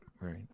right